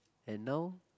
and now